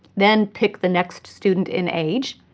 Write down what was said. then pick the next student in age,